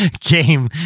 game